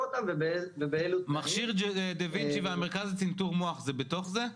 אותם ובאילו תנאים --- מכשיר דה וינצ'י והמרכז צנתור מוח זה בתוך זה?